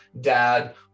dad